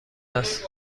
است